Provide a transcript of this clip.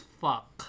fuck